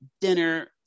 dinner